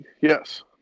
Yes